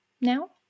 now